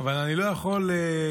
אבל אני לא יכול לשתוק